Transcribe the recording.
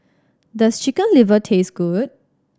does Chicken Liver taste good